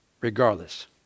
regardless